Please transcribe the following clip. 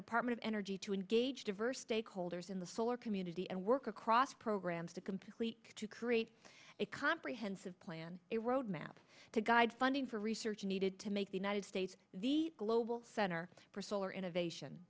department of energy to engage diverse stakeholders in the solar community and work across programs to complete to create a comprehensive plan erode map to guide funding for research needed to the united states the global center for solar innovation